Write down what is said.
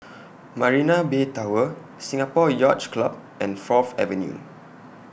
Marina Bay Tower Singapore Yacht Club and Fourth Avenue